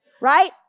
Right